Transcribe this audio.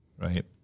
right